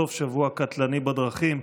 בנושא: סוף שבוע קטלני בדרכים.